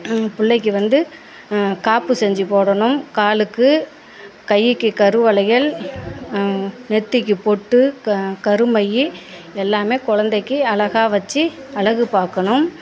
பிள்ளைக்கி வந்து காப்பு செஞ்சு போடணும் காலுக்கு கையிக்கு கரு வளையல் நெத்திக்கு பொட்டு க கருமை எல்லாமே கொழந்தைக்கி அழகாக வச்சு அழகு பார்க்கணும்